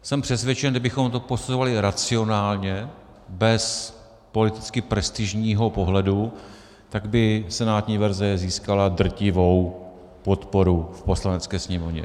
Jsem přesvědčen, že kdybychom to posunovali racionálně, bez politicky prestižního pohledu, tak by senátní verze získala drtivou podporu v Poslanecké sněmovně.